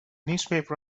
newspaper